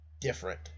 different